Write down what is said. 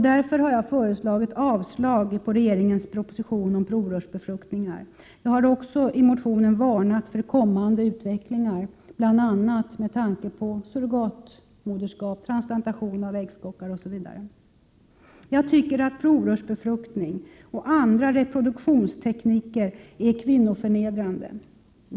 Därför har jag föreslagit att man skall avslå regeringens proposition om provrörsbefruktningar. Jag har också i motionen varnat för kommande utvecklingar, bl.a. med tanke på surrogatmoderskap, transplantation av äggstockar, osv. Jag tycker att provrörsbefruktning och andra reproduktionstekniker är kvinnoförnedrande.